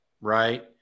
right